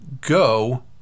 go